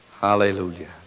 Hallelujah